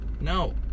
No